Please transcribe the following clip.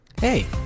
Hey